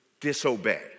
disobey